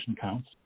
Counts